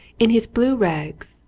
in his blue rags,